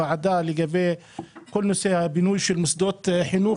לגבי הפער שיש בנושא הבינוי של מוסדות חינוך